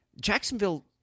Jacksonville